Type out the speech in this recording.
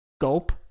Gulp